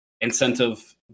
incentive